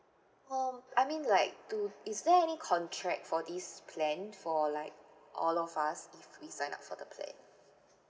um I mean like do is there any contract for this plan for like all of us if we sign up for the plan